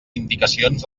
indicacions